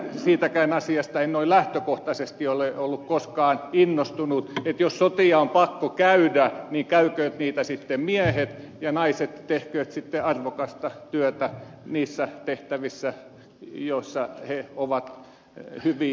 siitäkään asiasta en noin lähtökohtaisesti ole ollut koskaan innostunut jos sotia on pakko käydä niin käykööt sitten miehet ja naiset tehkööt arvokasta työtä niissä tehtävissä joissa he ovat hyviä